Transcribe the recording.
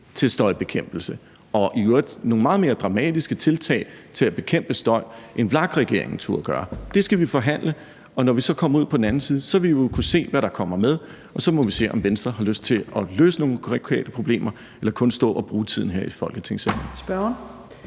til støjbekæmpelse og i øvrigt nogle meget mere dramatiske tiltag til at bekæmpe støj, end VLAK-regeringen turde gøre. Det skal vi forhandle, og når vi så kommer ud på den anden side, vil man jo kunne se, hvad der kommer med, og så må vi se, om Venstre har lyst til at løse nogle konkrete problemer eller kun vil stå og bruge tiden her i Folketingssalen.